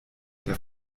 der